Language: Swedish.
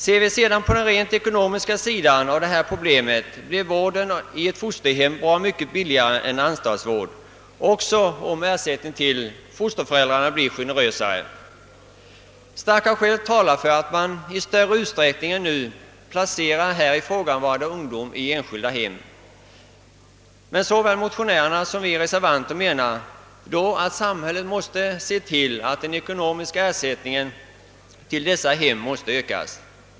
Ser vi sedan på den rent ekonomiska sidan av det här problemet, blir vården i ett fosterhem bra mycket billigare än anstaltsvård, även om ersättningen till fosterföräldrarna blir generösare. Starka skäl talar för att man i större utsträckning än nu placerar här ifrågavarande ungdomar i enskilda hem. Men såväl motionärerna som vi reservanter menar då att samhället måste se till att den ekonomiska ersättningen till dessa hem ökas.